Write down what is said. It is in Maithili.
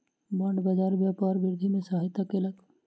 बांड बाजार व्यापार वृद्धि में सहायता केलक